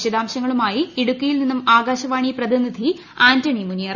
വിശദാംശങ്ങളുമായി ഇടുക്കിയിൽ നിന്നും ആകാശവാണി പ്രതിനിധി ആന്റണി മുനിയറ